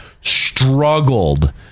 struggled